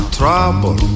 trouble